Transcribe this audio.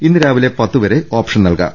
ഇന്ന് രാവിലെ പത്തുവരെ ഓപ്ഷൻ നൽകാം